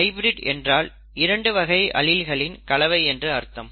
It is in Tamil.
ஹைபிரிட் என்றால் 2 வகை அலீல்களின் கலவை என்று அர்த்தம்